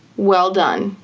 well done.